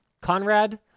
Conrad